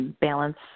balance